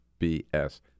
BS